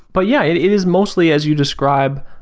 but yeah, it it is mostly as you described,